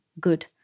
good